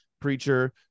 preacher